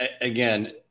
again